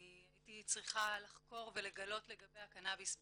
אני הייתי צריכה לחקור ולגלות לגבי הקנאביס בעצמי.